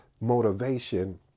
motivation